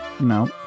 no